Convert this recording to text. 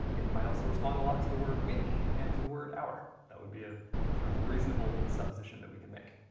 it might also respond to the word week, and to the word hour. that would be a sort of reasonable supposition that we can make.